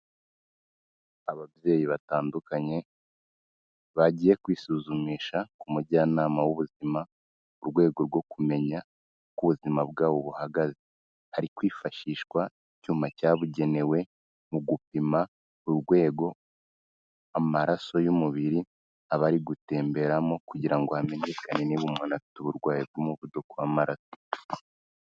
Ababyeyi batandukanye bagiye kwisuzumisha ku mujyanama w'ubuzima, mu rwego rwo kumenya uko ubuzima bwabo buhagaze, hari kwifashishwa icyuma cyabugenewe mu gupima urwego amaraso y'umubiri aba ari gutemberamo kugira ngo hamenyekane niba umuntu afite uburwayi bw'umuvuduko w'amaraso.